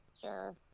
Sure